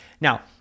Now